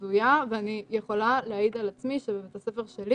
הזויה ואני יכולה להעיד על עצמי שבבית הספר שלי